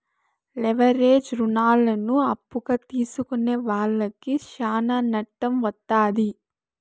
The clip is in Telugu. లెవరేజ్ రుణాలను అప్పుగా తీసుకునే వాళ్లకి శ్యానా నట్టం వత్తాది